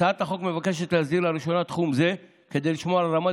הצעת החוק מבקשת להסדיר לראשונה תחום זה כדי לשמור על רמת